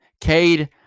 Cade